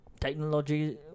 technology